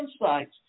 insights